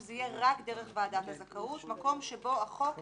שזה יהיה רק דרך ועדת הזכאות מקום שבו החוק הקנה.